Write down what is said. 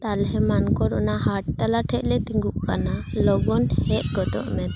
ᱛᱟᱦᱚᱞᱮ ᱢᱟᱱᱠᱚᱨ ᱚᱱᱟ ᱦᱟᱴ ᱛᱚᱞᱟ ᱴᱷᱮᱱ ᱞᱮ ᱛᱤᱜᱩᱜ ᱠᱟᱱᱟ ᱞᱚᱜᱚᱱ ᱦᱮᱡ ᱜᱚᱫᱚᱜ ᱢᱮ